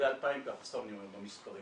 ו-2,000 ככה, סתם אני אומר במספרים.